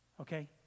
Okay